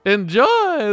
Enjoy